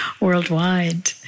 worldwide